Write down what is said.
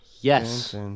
Yes